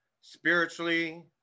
spiritually